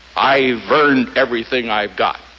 i've earned everything i've got.